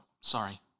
sorry